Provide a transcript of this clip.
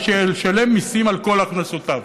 ושישלם מיסים על כל הכנסותיו,